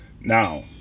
Now